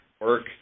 work